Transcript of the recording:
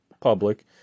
public